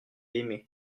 aimé